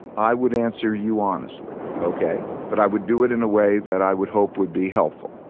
i would answer you honestly, ok? but i would do it in a way that i would hope would be helpful,